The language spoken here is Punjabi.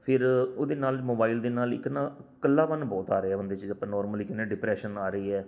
ਫਿਰ ਉਹਦੇ ਨਾਲ ਮੋਬਾਇਲ ਦੇ ਨਾਲ ਇੱਕ ਨਾ ਇਕੱਲਾਪਣ ਬਹੁਤ ਆ ਰਿਹਾ ਬੰਦੇ 'ਚ ਜਾਂ ਆਪਾਂ ਨੋਰਮਲੀ ਕਹਿੰਦੇ ਡਿਪਰੈਸ਼ਨ ਆ ਰਹੀ ਹੈ